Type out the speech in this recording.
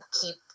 keep